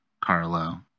Carlo